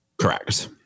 Correct